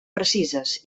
precises